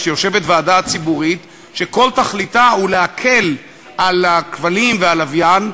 כשיושבת הוועדה הציבורית שכל תכליתה היא להקל על הכבלים והלוויין,